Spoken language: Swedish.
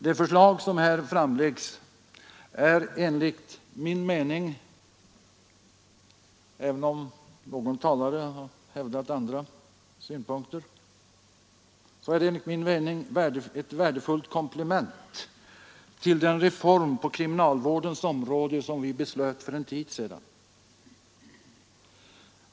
Det förslag som här framläggs är enligt min mening — även om någon talare hävdat andra synpunkter — ett värdefullt komplement till den reform på kriminalvårdens område som vi beslöt för en tid sedan.